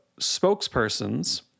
spokespersons